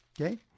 okay